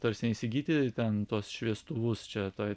ta prasme įsigyti ten tuos šviestuvus čia toj